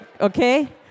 Okay